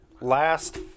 Last